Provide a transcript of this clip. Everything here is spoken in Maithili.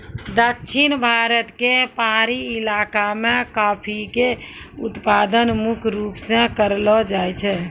दक्षिण भारत के पहाड़ी इलाका मॅ कॉफी के उत्पादन मुख्य रूप स करलो जाय छै